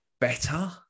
better